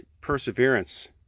perseverance